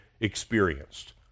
experienced